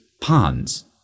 ponds